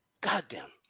Goddamn